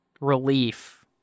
relief